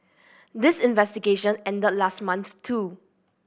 this investigation ended last month too